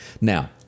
Now